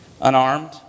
Unarmed